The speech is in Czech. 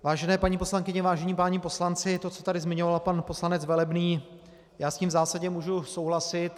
Vážené paní poslankyně, vážení páni poslanci, to, co tady zmiňoval pan poslanec Velebný, já s tím v zásadě můžu souhlasit.